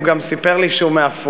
הוא גם סיפר לי שהוא מעפולה,